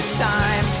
time